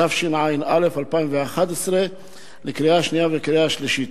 התשע"א 2011, לקריאה השנייה ולקריאה השלישית.